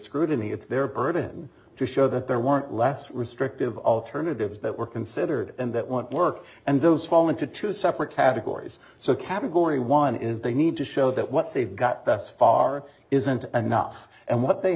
scrutiny it's their burden to show that there weren't less restrictive on herman divs that were considered and that won't work and those fall into two separate categories so category one is they need to show that what they've got that far isn't enough and what they